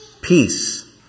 peace